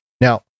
Now